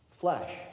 Flesh